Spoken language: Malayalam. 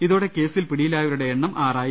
ഇതോടെ കേസിൽ പിടിയിലായവരുടെ എണ്ണം ആറായി